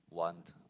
want